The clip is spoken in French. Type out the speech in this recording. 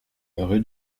rue